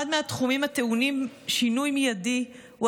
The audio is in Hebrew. אחד מהתחומים הטעונים שינוי מיידי הוא